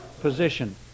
position